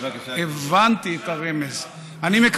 עכשיו במהרה.